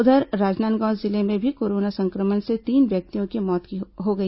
उधर राजनांदगांव जिले में भी कोरोना संक्रमण से तीन व्यक्तियों की मौत हो गई